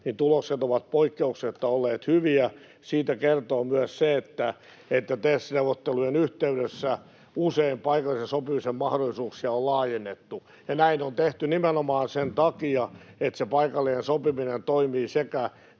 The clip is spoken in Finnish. tulokset ovat poikkeuksetta olleet hyviä. Siitä kertoo myös se, että TES-neuvottelujen yhteydessä usein paikallisen sopimisen mahdollisuuksia on laajennettu. Näin on tehty nimenomaan sen takia, että se paikallinen sopiminen toimii sekä